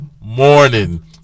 morning